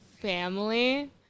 family